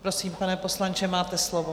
Prosím, pane poslanče, máte slovo.